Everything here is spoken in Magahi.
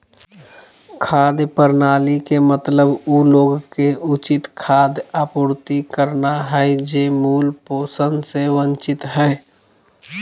खाद्य प्रणाली के मतलब उ लोग के उचित खाद्य आपूर्ति करना हइ जे मूल पोषण से वंचित हइ